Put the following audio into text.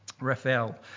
Raphael